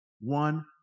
One